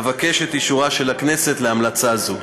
אבקש את אישורה של הכנסת להמלצה זו.